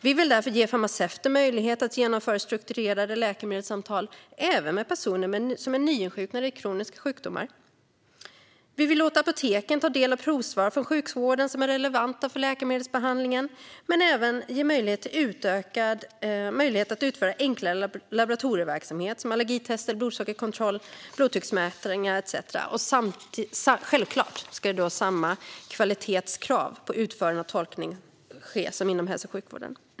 Vi vill därför ge farmaceuter möjlighet att genomföra strukturerade läkemedelssamtal även med personer som är nyinsjuknade i kroniska sjukdomar. Vi vill låta apoteken ta del av provsvar från sjukvården som är relevanta för läkemedelsbehandlingen. Men vi vill även ge dem utökad möjlighet att utföra enklare laboratorieverksamhet som allergitester, blodsockerkontroll och blodtrycksmätningar etcetera. Självklart ska då samma kvalitetskrav på utförande och tolkning som inom hälso och sjukvården gälla.